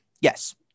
Yes